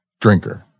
drinker